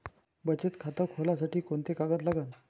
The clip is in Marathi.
बचत खात खोलासाठी कोंते कागद लागन?